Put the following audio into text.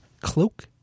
cloak